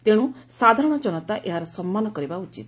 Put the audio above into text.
ତେଶୁ ସାଧାରଣ ଜନତା ଏହାର ସମ୍ମାନ କରିବା ଉଚିତ